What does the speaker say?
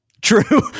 True